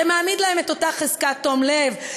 זה מעמיד להם את אותה חזקת תום לב,